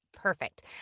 Perfect